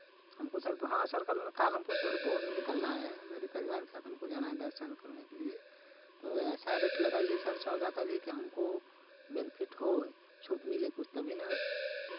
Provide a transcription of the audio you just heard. हमको सर हाँ सर कल कल हमको सर भोर में निकलना है मेरी परिवार के साथ हमको जाना है दर्शन करने के लिये तो ऐसा रेट लगाइये सर सौदा करिये कि हमको बेनिफिट होय छूट मिले कुछ तभी ना